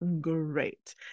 Great